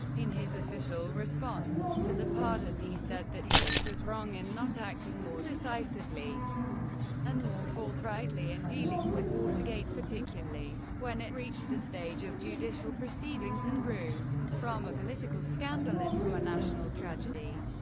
in his official response to the pardon, he said that he was wrong in not acting more decisively and more forthrightly in dealing with watergate, particularly when it reached the stage of judicial proceedings and grew from a political scandal into a national tragedy.